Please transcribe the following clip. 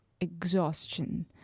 exhaustion